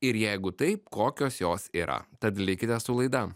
ir jeigu taip kokios jos yra tad likite su laida